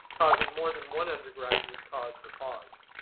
causing more than one undergraduate cause for pause.